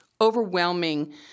overwhelming